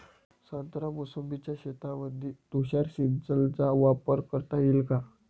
संत्रा मोसंबीच्या शेतामंदी तुषार सिंचनचा वापर करता येईन का?